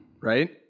Right